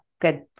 good